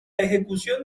ejecución